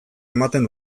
ematen